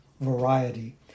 variety